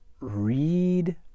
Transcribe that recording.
read